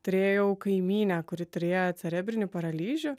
turėjau kaimynę kuri turėjo cerebrinį paralyžių